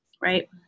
Right